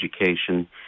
education